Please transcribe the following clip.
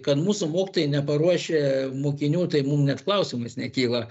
kad mūsų mokytojai neparuošia mokinių tai mum net klausimas nekyla